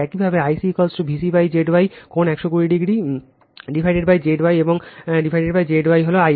একইভাবে I c V c Z Y কোণ 120o Z Y এবং Z Y হল I a